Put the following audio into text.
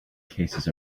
cases